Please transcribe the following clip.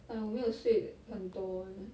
like 我没有睡很多 eh